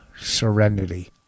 serenity